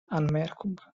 anmerkung